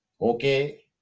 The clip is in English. okay